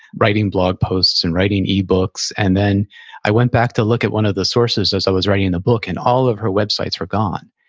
writing blog posts and writing ebooks. and then i went back to look at one of the sources as i writing the book, and all of her websites were gone.